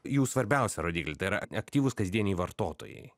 jų svarbiausią rodiklį tai yra aktyvūs kasdieniai vartotojai